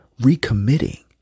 recommitting